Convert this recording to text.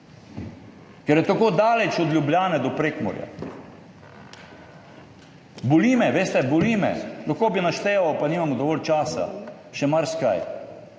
Ker je tako daleč od Ljubljane do Prekmurja. Boli me, veste, boli me! Lahko bi našteval, pa nimam dovolj časa, še marsikaj.